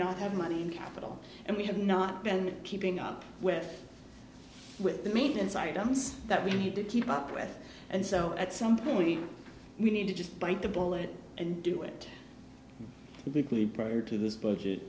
not have money in capital and we have not been keeping up with with the maintenance items that we need to keep up with and sell at some point we need to just bite the bullet and do it quickly prior to this budget